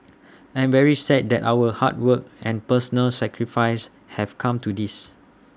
I am very sad that our hard work and personal sacrifice have come to this